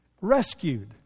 Rescued